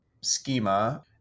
schema